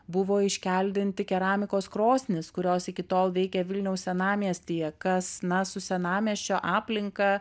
buvo iškeldinti keramikos krosnis kurios iki tol veikė vilniaus senamiestyje kas na su senamiesčio aplinka